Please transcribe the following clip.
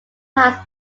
house